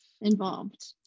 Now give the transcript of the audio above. involved